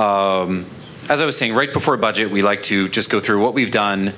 as i was saying right before a budget we'd like to just go through what we've done